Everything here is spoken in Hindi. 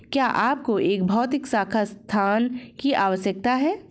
क्या आपको एक भौतिक शाखा स्थान की आवश्यकता है?